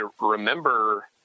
remember